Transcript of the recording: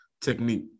technique